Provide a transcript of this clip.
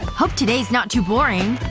hope today's not too boring.